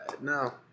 No